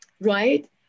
right